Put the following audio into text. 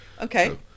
Okay